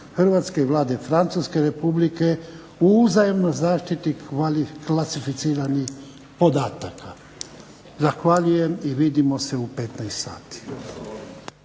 Hrvatske i Vlade Francuske Republike o uzajamnoj zaštiti klasificiranih podataka. Zahvaljujem i vidimo se u 15 sati.